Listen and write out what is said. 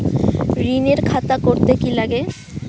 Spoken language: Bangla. ঋণের খাতা করতে কি লাগে?